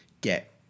get